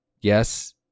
yes